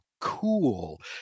cool